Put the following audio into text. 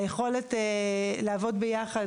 היכולת לעבוד ביחד,